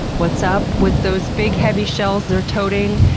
what's up with those big heavy shells they're toting,